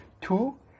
Two